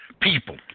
people